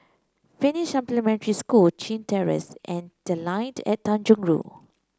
Finnish Supplementary School Chin Terrace and The Line at Tanjong Rhu